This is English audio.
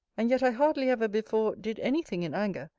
and yet i hardly ever before did any thing in anger,